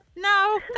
No